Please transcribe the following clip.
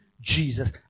Jesus